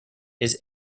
his